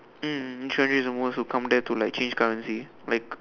mm which country is the most to come there to like change currency like